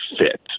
fit